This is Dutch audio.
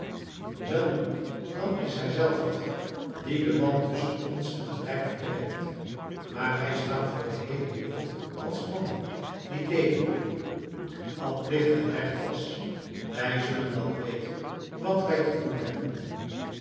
welnu dan is hijzelf het die den band tusschen ons en het rijk verbreekt maar wij staan voor de heele wereld als mannen die deden wat plicht en recht was wij zullen dan weten wat wij te doen hebben